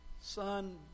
Son